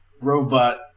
robot